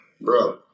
Bro